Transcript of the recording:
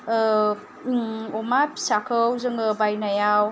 अमा फिसाखौ जोङो बायनायाव